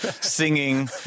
singing